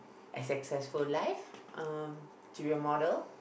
a successful life uh to be a model